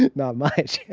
not much.